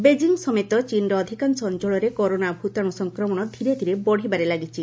Beijing ସମେତ ଚୀନ୍ର ଅଧିକାଂଶ ଅଞ୍ଚଳରେ କରୋନା ଭତାଣୁ ସଂକ୍ରମଣ ଧୀରେ ଧୀରେ ବଢ଼ିବାରେ ଲାଗିଛି